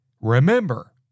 remember